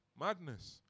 Madness